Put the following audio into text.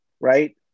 right